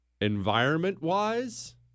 environment-wise